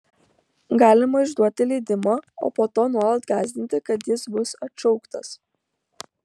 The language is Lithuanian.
galima išduoti leidimą o po to nuolat gąsdinti kad jis bus atšauktas